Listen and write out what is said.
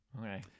Okay